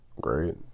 great